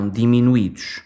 diminuídos